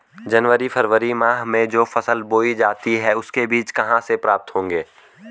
जनवरी फरवरी माह में जो फसल बोई जाती है उसके बीज कहाँ से प्राप्त होंगे?